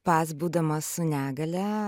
pats būdamas su negalia